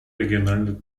региональная